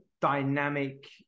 dynamic